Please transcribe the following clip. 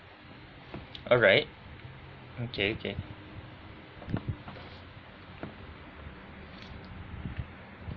alright okay okay